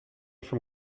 from